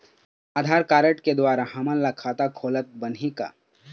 आधार card के द्वारा हमन ला खाता खोलत बनही का?